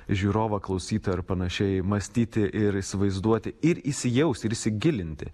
žiūrovą klausyti ar panašiai mąstyti ir įsivaizduoti ir įsijaust ir įsigilinti